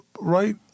right